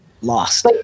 Lost